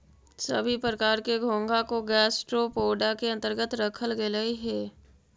सभी प्रकार के घोंघा को गैस्ट्रोपोडा के अन्तर्गत रखल गेलई हे